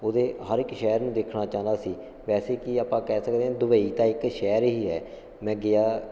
ਉਹਦੇ ਹਰ ਇੱਕ ਸ਼ਹਿਰ ਨੂੰ ਦੇਖਣਾ ਚਾਹੁੰਦਾ ਸੀ ਵੈਸੇ ਕਿ ਆਪਾਂ ਕਹਿ ਸਕਦੇ ਹਾਂ ਦੁਬਈ ਤਾਂ ਇੱਕ ਸ਼ਹਿਰ ਹੀ ਹੈ ਮੈਂ ਗਿਆ